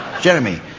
Jeremy